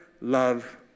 love